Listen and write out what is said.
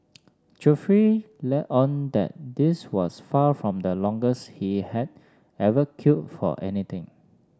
Geoffrey let on that this was far from the longest he had ever queued for anything